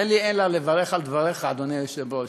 אין לי אלא לברך על דבריך, אדוני היושב-ראש.